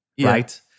right